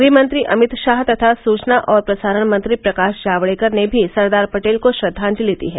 गृहमंत्री अमित शाह तथा सूचना और प्रसारण मंत्री प्रकाश जावड़ेकर ने भी सरदार पटेल को श्रद्वांजलि दी है